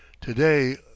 Today